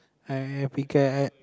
I happy guy I I